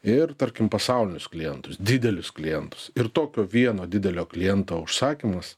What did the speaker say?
ir tarkim pasaulinius klientus didelius klientus ir tokio vieno didelio kliento užsakymas